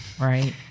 Right